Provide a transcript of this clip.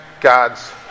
God's